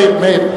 מאיר,